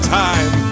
time